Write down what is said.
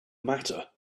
matter